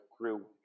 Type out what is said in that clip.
grew